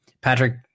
patrick